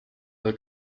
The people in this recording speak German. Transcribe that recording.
weil